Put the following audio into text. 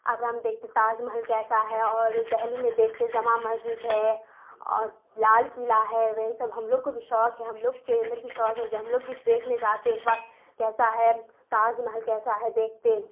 آگرہ میں دیکھتے تاج محل کیسا ہے اور دہلی میں دیکھتے جامع مسجد ہے اور لال قلعہ ہے وہی سب ہم لوگ کو بھی شوق ہے ہم لوگ کے اندر بھی شوق ہے جو ہم لوگ بھی دیکھنے جاتے ایک بار کیسا ہے تاج محل کیسا ہے دیکھتے